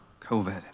COVID